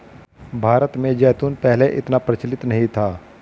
भारत में जैतून पहले इतना प्रचलित नहीं था